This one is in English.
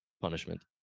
punishment